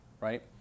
right